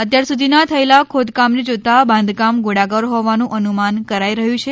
અત્યાર સુધીના થયેલા ખોદકામને જોતાં બાંધકામ ગોળાકાર હોવાનું અનુમાન કરાઇ રહ્યું છે